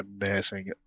amazing